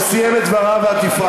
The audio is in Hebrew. הוא סיים את דבריו ואת הפרעת.